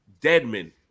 Deadman